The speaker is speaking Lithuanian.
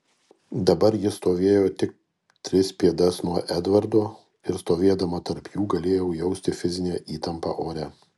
dabar jis stovėjo tik tris pėdas nuo edvardo ir stovėdama tarp jų galėjau jausti fizinę įtampą ore